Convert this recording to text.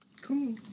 Cool